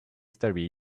story